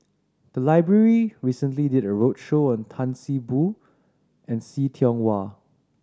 the library recently did a roadshow on Tan See Boo and See Tiong Wah